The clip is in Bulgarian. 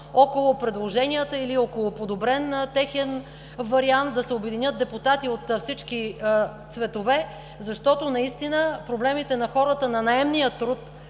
около предложенията, или около подобрен техен вариант да се обединят депутати от всички цветове, защото проблемите на хората на наемния труд